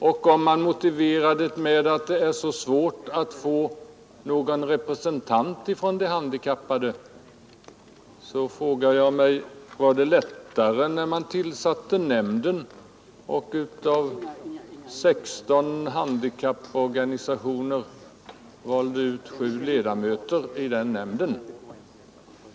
Och om man motiverar detta med att det är så svårt att få några representanter från de handikappade, så frågar jag mig: Var det lättare när man tillsatte den rådgivande nämnden och från 16 handikapporganisationer valde ut 7 ledamöter i den nämnden?